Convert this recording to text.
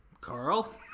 Carl